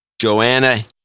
Joanna